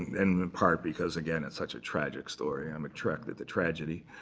and in part because, again, it's such a tragic story. i'm attracted to tragedy.